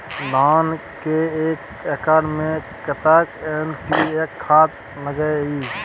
धान के एक एकर में कतेक एन.पी.ए खाद लगे इ?